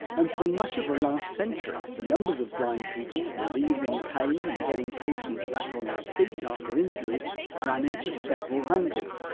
and for much of the last century the numbers of blind people relieving pain and getting patients back on their feet after injuries ran into several hundreds.